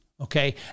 okay